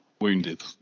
Wounded